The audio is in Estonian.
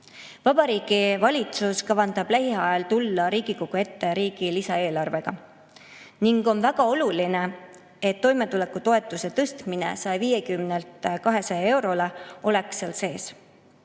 Vabariigi Valitsus kavandab lähiajal tulla Riigikogu ette riigi lisaeelarvega ning on väga oluline, et toimetulekutoetuse tõstmine 150 eurolt 200 eurole oleks seal sees.